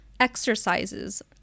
exercises